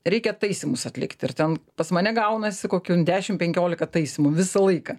reikia taisymus atlikt ir ten pas mane gaunasi kokių ant dešimt penkiolika taisymų visą laiką